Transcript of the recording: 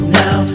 now